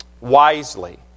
wisely